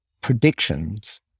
predictions